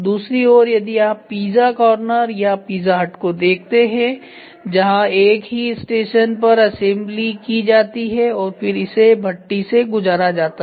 दूसरी ओर यदि आप पिज्जा कॉर्नर या पिज्जा हट को देखते हैंजहां एक ही स्टेशन पर असेंबली की जाती है और फिर इसे भट्टी से गुजारा जाता है